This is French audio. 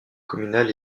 communal